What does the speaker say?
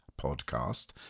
podcast